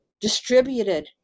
Distributed